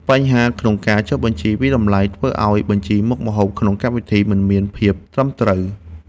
បញ្ហាក្នុងការចុះបញ្ជីវាយតម្លៃ ធ្វើឱ្យបញ្ជីមុខម្ហូបក្នុងកម្មវិធីមិនមានភាពត្រឹមត្រូវ។